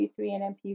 MP